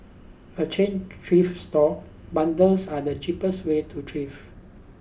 a chain thrift store bundles are the cheapest way to thrift